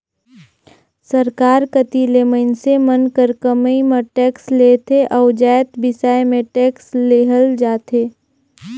सरकार कती ले मइनसे मन कर कमई म टेक्स लेथे अउ जाएत बिसाए में टेक्स लेहल जाथे